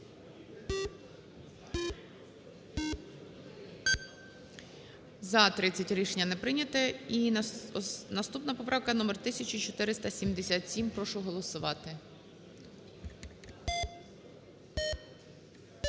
За-30 Рішення не прийняте. І наступна поправка номер 1477. Прошу голосувати. 16:12:23